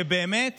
שבאמת